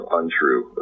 untrue